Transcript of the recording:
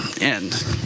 end